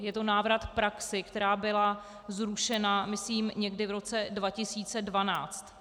Je to návrat k praxi, která byla zrušena myslím někdy v roce 2012.